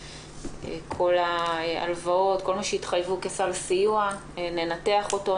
כל ההלוואות, כל מה שהתחייבו כסל סיוע, ננתח אותו.